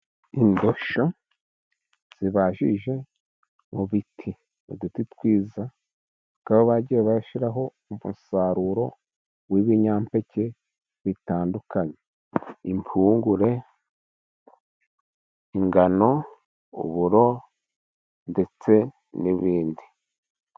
Indosho zibajije mu biti ,uduti twiza . Bakaba bagiye barashyiraho umusaruro w'ibinyampeke bitandukanye impungure, ingano ,uburo ndetse n'ibindi.